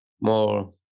more